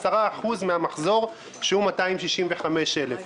10% מן המחזור שהוא 265,000 שקל.